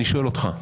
אני שואל אותך.